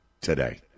today